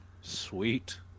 Sweet